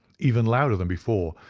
even louder than before,